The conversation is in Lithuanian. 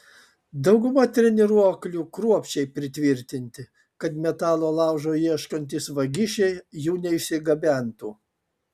dauguma treniruoklių kruopščiai pritvirtinti kad metalo laužo ieškantys vagišiai jų neišsigabentų